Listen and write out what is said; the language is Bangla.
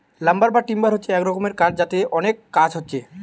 লাম্বার বা টিম্বার হচ্ছে এক রকমের কাঠ যাতে অনেক কাজ হচ্ছে